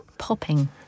Popping